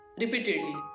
repeatedly